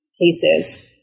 cases